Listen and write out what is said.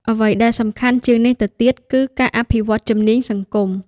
អ្វីដែលសំខាន់ជាងនេះទៅទៀត គឺការអភិវឌ្ឍជំនាញសង្គម។